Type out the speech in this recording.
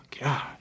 God